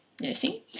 nursing